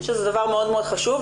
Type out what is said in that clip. שזה דבר מאוד חשוב,